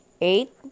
Eight